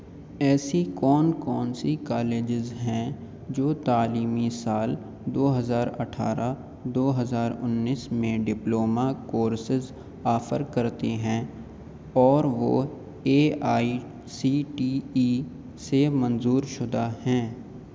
ایسی کون کون سی کالجز ہیں جو تعلیمی سال دو ہزار اٹھارہ دو ہزار انیس میں ڈپلومہ کورسز آفر کرتی ہیں اور وہ A I C T E سے منظور شدہ ہیں